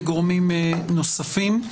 וגורמים נוספים.